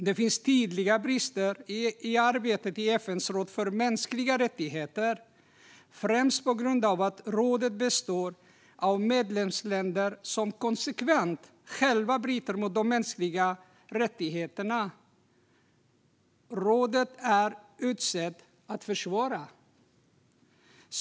Det finns tydliga brister i arbetet i FN:s råd för mänskliga rättigheter, främst på grund av att rådet består av medlemsländer som konsekvent själva bryter mot de mänskliga rättigheter rådet är utsett att försvara.